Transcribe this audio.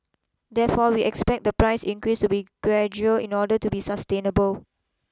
therefore we expect the price increase to be gradual in order to be sustainable